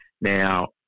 Now